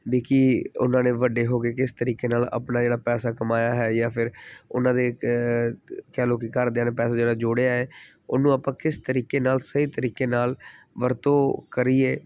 ਵੀ ਕਿ ਉਹਨਾਂ ਨੇ ਵੱਡੇ ਹੋ ਕੇ ਕਿਸ ਤਰੀਕੇ ਨਾਲ ਆਪਣਾ ਜਿਹੜਾ ਪੈਸਾ ਕਮਾਇਆ ਹੈ ਜਾਂ ਫਿਰ ਉਹਨਾਂ ਦੇ ਕ ਕਹਿ ਲਓ ਕਿ ਘਰਦਿਆਂ ਨੇ ਪੈਸੇ ਜਿਹੜਾ ਜੋੜਿਆ ਹੈ ਉਹਨੂੰ ਆਪਾਂ ਕਿਸ ਤਰੀਕੇ ਨਾਲ ਸਹੀ ਤਰੀਕੇ ਨਾਲ ਵਰਤੋਂ ਕਰੀਏ